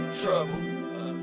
trouble